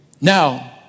Now